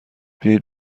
بیایید